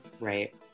Right